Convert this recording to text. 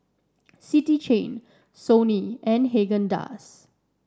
City Chain Sony and Haagen Dazs